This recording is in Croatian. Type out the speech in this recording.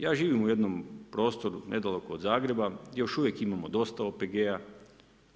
Ja živim u jednom prostoru nedaleko od Zagreba, još uvijek imamo dosta OPG-a.